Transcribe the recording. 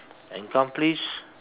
accomplish